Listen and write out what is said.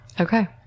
Okay